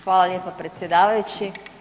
Hvala lijepa predsjedavajući.